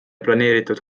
planeeritud